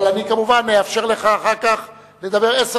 אבל אני כמובן אאפשר לך אחר כך לדבר עשר